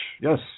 Yes